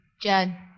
Judd